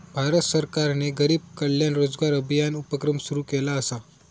भारत सरकारने गरीब कल्याण रोजगार अभियान उपक्रम सुरू केला असा